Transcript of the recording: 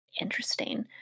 interesting